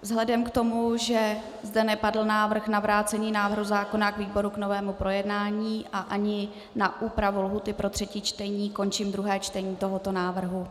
Vzhledem k tomu, že zde nepadl návrh na vrácení návrhu zákona výboru k novému projednání ani na úpravu lhůty pro třetí čtení, končím druhé čtení tohoto návrhu.